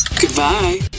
Goodbye